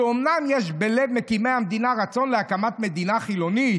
אומנם יש בלב מקימי המדינה רצון להקמת מדינה חילונית,